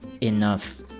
enough